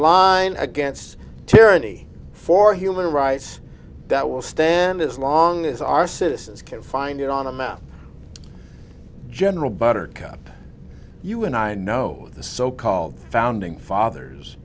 line against tyranny for human rights that will stand as long as our citizens can find it on a map general buttercup you and i know the so called founding fathers